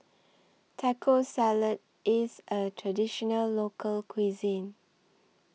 Taco Salad IS A Traditional Local Cuisine